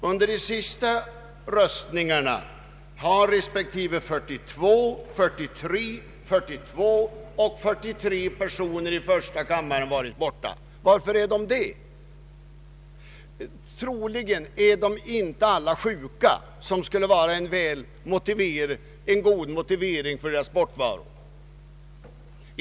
Under de senaste omröstningarna har 42, 43, 42 respektive 43 personer i första kammaren varit borta. Varför? Troligen är inte alla sjuka, vilket skulle varit en godtagbar motivering för deras bortovaro.